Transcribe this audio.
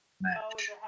match